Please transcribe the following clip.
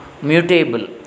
Mutable